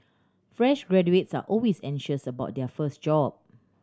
fresh graduates are always anxious about their first job